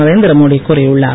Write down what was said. Narendra Modi கூறியுளார்